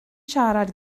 siarad